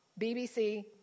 BBC